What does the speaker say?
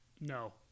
No